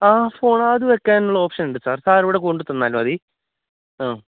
ആ ഫോണ് അത് വയ്ക്കാനുള്ള ഓപ്ഷന് ഉണ്ട് സാര് സാര് ഇവിടെ കൊണ്ടു തന്നാല് മതി ആ